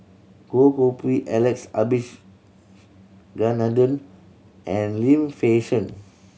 Goh Koh Pui Alex Abisheganaden and Lim Fei Shen